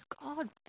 God